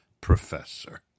professor